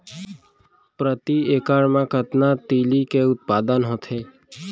प्रति एकड़ मा कतना तिलि के उत्पादन होथे?